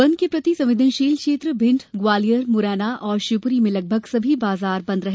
बंद के प्रति संवेदनशील क्षेत्र भिंड ग्वालियर मुरैना और शिवपुरी में लगभग सभी बाजार बंद रहे